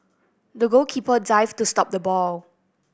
the goalkeeper dived to stop the ball